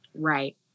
Right